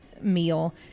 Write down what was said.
meal